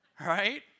Right